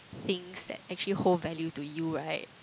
things that actually hold value to you right